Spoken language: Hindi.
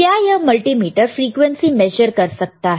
क्या यह मल्टीमीटर फ्रीक्वेंसी मेजर कर सकता है